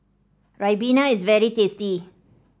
Ribena is very tasty